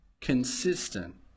consistent